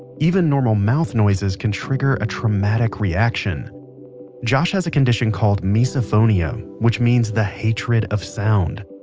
even normal mouth noises can trigger a traumatic reaction josh has a condition called misophonia, which means the hatred of sound.